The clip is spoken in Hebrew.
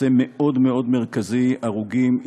נושא מאוד מאוד מרכזי, הרוגים.